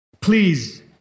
please